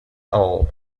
all